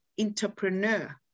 entrepreneur